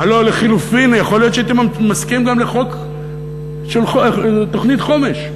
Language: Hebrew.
הלוא לחלופין יכול להיות שהייתי מסכים גם לחוק של תוכנית חומש.